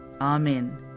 Amen